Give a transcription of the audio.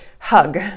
hug